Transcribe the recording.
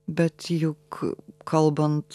bet juk kalbant